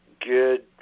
good